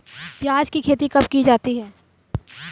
प्याज़ की खेती कब की जाती है?